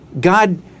God